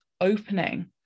opening